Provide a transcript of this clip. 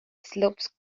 slopes